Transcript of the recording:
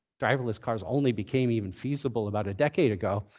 driverless cars only became even feasible about a decade ago.